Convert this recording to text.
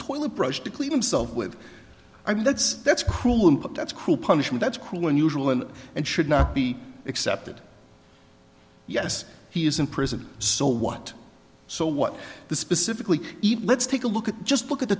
toilet brush to clean himself with i mean that's that's cruel that's cruel punishment that's cruel or unusual and should not be accepted yes he is in prison so what so what the specifically eat let's take a look at just look at the